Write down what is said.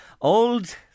old